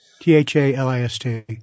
T-H-A-L-I-S-T